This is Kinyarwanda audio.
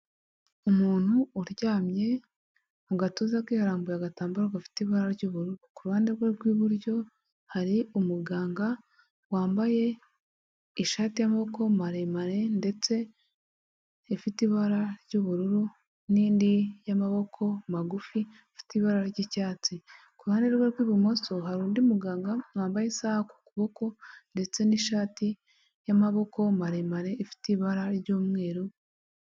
umuntu uryamye mu gatuza ke hararambuye agatambaro gafite ibara ry'ubururu kuruhande rwe rw'iburyo hari umuganga wambaye ishati y'amaboko maremare ndetse ifite ibara ry'ubururu n'indi y'amaboko magufi afite ibara ry'icyatsi kuruhande rwe rw'ibumoso hari undi muganga wambaye isaha ku kuboko ndetse n'ishati y'amaboko maremare ifite ibara ry'umweru.